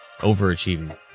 Overachieving